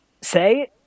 Say